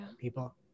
People